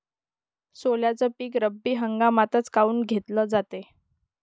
सोल्याचं पीक रब्बी हंगामातच काऊन घेतलं जाते?